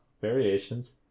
variations